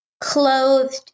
clothed